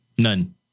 None